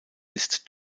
ist